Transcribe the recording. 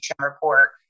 report